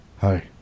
Hi